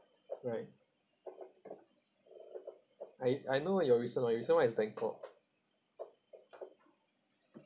right I I know your recent [one] recent [one] is bangkok